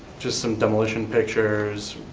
just some demolition pictures,